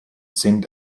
sind